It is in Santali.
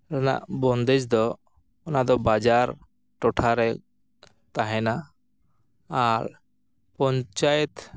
ᱨᱮᱱᱟᱜ ᱵᱚᱱᱫᱮᱡ ᱫᱚ ᱚᱱᱟ ᱫᱚ ᱵᱟᱡᱟᱨ ᱴᱚᱴᱷᱟᱨᱮ ᱛᱟᱦᱮᱸᱱᱟ ᱟᱨ ᱯᱚᱧᱪᱟᱭᱮᱛ